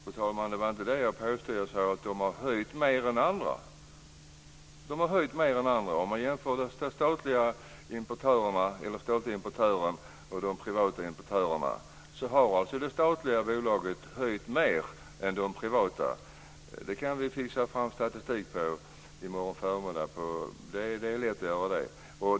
Fru talman! Det var inte det jag påstod. Jag sade att de har höjt priserna mer än andra. Om man jämför den statliga importören och de privata importörerna ser man att det statliga bolaget har höjt priserna mer än de privata. Det kan vi fixa fram statistik på i morgon förmiddag. Det är lätt att göra.